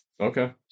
Okay